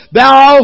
thou